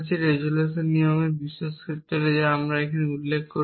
resolution নিয়মের বিশেষ ক্ষেত্রে যা আমরা এখানে উল্লেখ করেছি